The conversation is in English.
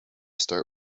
start